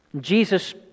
Jesus